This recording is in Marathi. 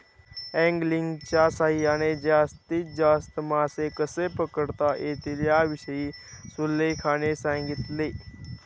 अँगलिंगच्या सहाय्याने जास्तीत जास्त मासे कसे पकडता येतील याविषयी सुलेखाने सांगितले